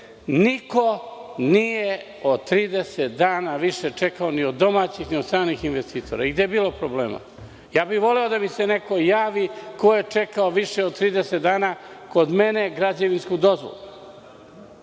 niko nije od 30 dana više čekao, ni od domaćih ni od stranih investitora. Niko nije imao problema. Ja bih voleo da mi se neko javi ko je čekao više od 30 dana kod mene građevinsku dozvolu.